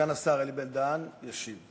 סגן השר אלי בן-דהן ישיב.